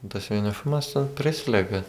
tas vienišumas prislegia